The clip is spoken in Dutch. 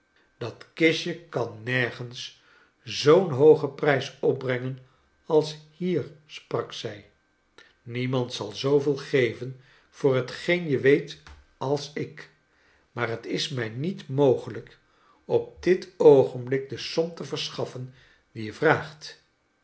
dat kistje kan nergens zoo'n hoogen prijs opbrengen als hier sprak zij niemand zal zooveel geven voor hetgeen je weet als ik maar het is mij niet mogelijk op dit oogenblik de som te verschaffen die je vraagt